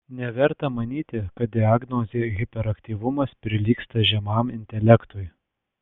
neverta manyti kad diagnozė hiperaktyvumas prilygsta žemam intelektui